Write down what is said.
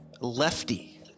lefty